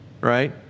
right